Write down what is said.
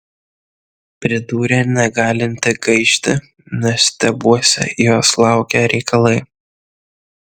pridūrė negalinti gaišti nes tebuose jos laukią reikalai